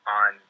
on